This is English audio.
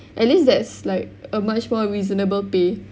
at least that's like a much more reasonable pay